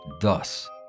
thus